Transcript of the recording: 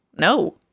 No